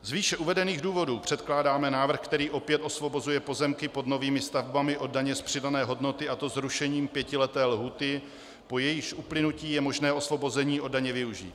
Z výše uvedených důvodů předkládáme návrh, který opět osvobozuje pozemky pod novými stavbami od daně z přidané hodnoty, a to zrušením pětileté lhůty, po jejímž uplynutí je možné osvobození od daně využít.